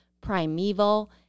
primeval